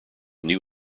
new